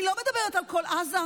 אני לא מדברת על כל עזה,